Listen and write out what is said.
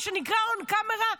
מה שנקרא on camera,